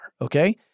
Okay